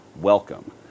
welcome